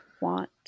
want